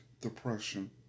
depression